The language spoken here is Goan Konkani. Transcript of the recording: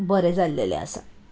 बरें जाल्लेलें आसा